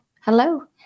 Hello